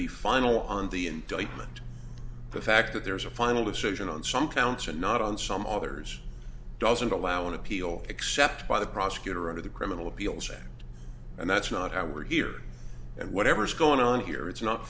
be final on the indictment the fact that there is a final decision on some counts and not on some others doesn't allow an appeal except by the prosecutor under the criminal appeals act and that's not how we're here and whatever's going on here it's not